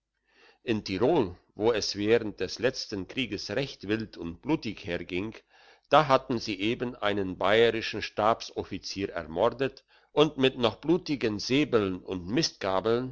in tirol wo es während des letzten krieges recht wild und blutig herging da hatten sie eben einen bayerischen stabsoffizier ermordet und mit noch blutigen säbeln und mistgabeln